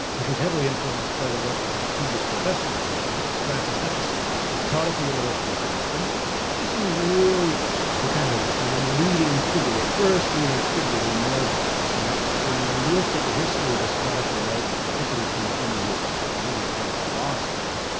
which was heavily influenced by the work that his previous professor had done, francis hutcheson, who taught at the university of glasgow. and hutcheson is really the kind of leading figure, the first leading figure to emerge out ah of this, and when you look at the history of the scottish enlightenment, particularly from the point of view of what we would call philosophy,